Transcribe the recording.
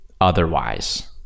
otherwise